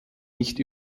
nicht